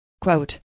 Quote